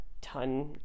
ton